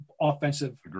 offensive